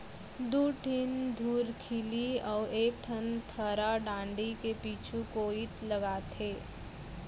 दू ठिन धुरखिली अउ एक ठन थरा डांड़ी के पीछू कोइत लागथे